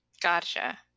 Gotcha